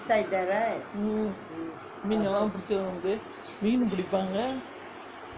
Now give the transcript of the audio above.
mm மீனுலாம் பிடிச்சிட்டு வந்து மீனு பிடிப்பாங்கே:meenulaam pidichittu vanthu meenu pidippangae